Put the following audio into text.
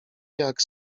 jak